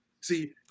See